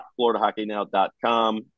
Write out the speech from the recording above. FloridaHockeyNow.com